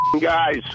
guys